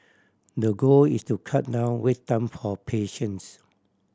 the goal is to cut down wait time for patients